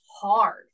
hard